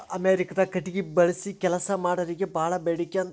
ಅಮೇರಿಕಾದಾಗ ಕಟಗಿ ಬಳಸಿ ಕೆಲಸಾ ಮಾಡಾರಿಗೆ ಬಾಳ ಬೇಡಿಕೆ ಅಂತ